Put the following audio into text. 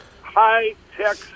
high-tech